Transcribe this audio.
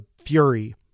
fury